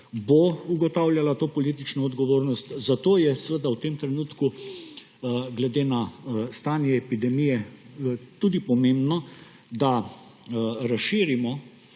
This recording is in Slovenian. bo ugotavljala to politično odgovornost, zato je v tem trenutku glede na stanje epidemije pomembno, da razširimo